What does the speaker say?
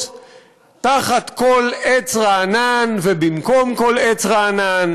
תחת כל עץ רענן ובמקום כל עץ רענן,